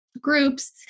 Groups